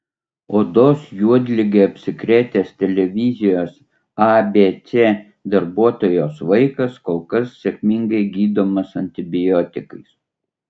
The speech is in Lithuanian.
odos juodlige apsikrėtęs televizijos abc darbuotojos vaikas kol kas sėkmingai gydomas antibiotikais